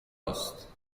است